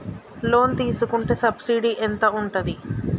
Loan తీసుకుంటే subsidy ఎంత ఉంటది?